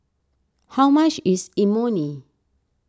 how much is Imoni